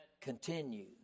Continue